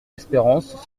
espérance